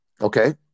Okay